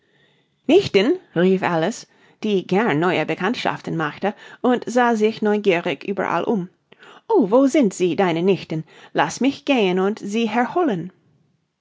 nichten rief alice die gern neue bekanntschaften machte und sah sich neugierig überall um o wo sind sie deine nichten laß mich gehen und sie her holen